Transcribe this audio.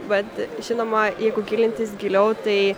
bet žinoma jeigu gilintis giliau tai